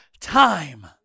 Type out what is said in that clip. time